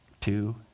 two